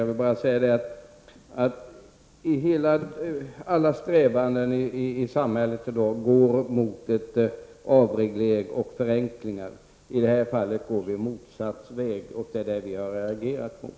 Alla strävanden i samhället i dag går i riktning mot avreglering och förenklingar. I det här fallet går man motsatt väg, och det är det vi har reagerat mot.